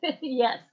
Yes